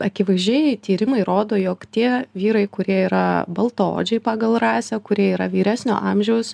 akivaizdžiai tyrimai rodo jog tie vyrai kurie yra baltaodžiai pagal rasę kurie yra vyresnio amžiaus